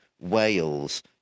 Wales